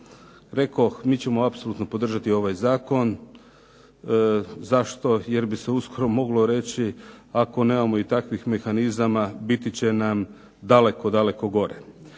rekoh mi ćemo apsolutno podržati ovaj zakon. Zašto? Jer bi se uskoro moglo reći ako nemamo i takvih mehanizama biti će nam daleko, daleko gore.